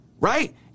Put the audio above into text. right